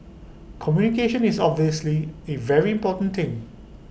communication is obviously A very important thing